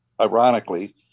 ironically